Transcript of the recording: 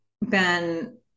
Ben